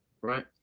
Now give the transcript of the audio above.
right